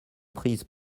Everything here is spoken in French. prise